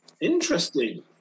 interesting